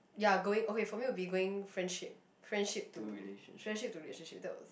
ya going okay for me going friendship friendship to friendship to relationship that would